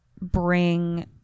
bring